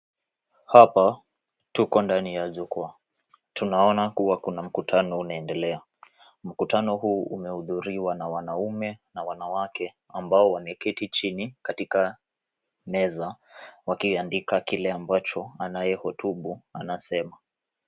Hapa tuko ndani ya jukwaa. Tunaona kua kuna mkutano unaendelea. Mkutano huu umehudhuriwa na wanaume na wanawake, ambao wameketi chini katika meza, wakiandika kile ambacho anayehutubu anasema.